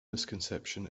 misconception